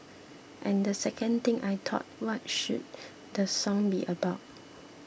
and the second thing I thought what should the song be about